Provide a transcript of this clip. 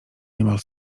niemal